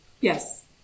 Yes